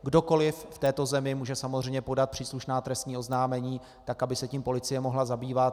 Kdokoliv v této zemi může samozřejmě podat příslušná trestní oznámení, aby se tím policie mohla zabývat.